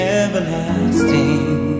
everlasting